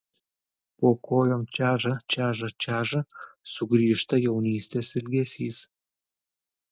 po kojom čeža čeža čeža sugrįžta jaunystės ilgesys